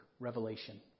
Revelation